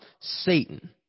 Satan